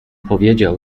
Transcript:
powiedział